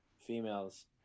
females